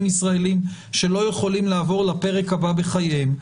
ישראלים שלא יכולים לעבור לפרק הבא בחייהם,